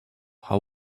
how